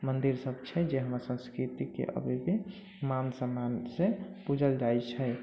मन्दिरसभ छै जे हमर संस्कृतिके अभी भी मान सम्मानसँ पूजल जाइ छै